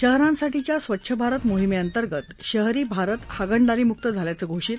शहरांसाठीच्या स्वच्छ भारत मोहीमेअंतर्गत शहरी भारत हागणदारीमुक्त झाल्याचं घोषित